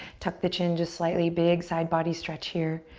tuck the chin just slightly. big side body stretch here.